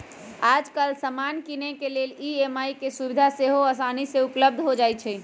याजकाल समान किनेके लेल ई.एम.आई के सुभिधा सेहो असानी से उपलब्ध हो जाइ छइ